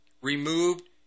removed